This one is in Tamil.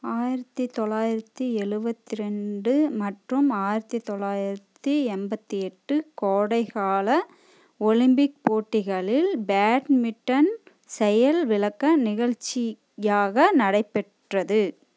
ஆயிரத்து தொள்ளாயிரத்தி எழுவத்தி ரெண்டு மற்றும் ஆயிரத்து தொள்ளாயிரத்தி எண்பத்தி எட்டு கோடைக்கால ஒலிம்பிக் போட்டிகளில் பேட்மிட்டன் செயல் விளக்க நிகழ்ச்சியாக நடைபெற்றது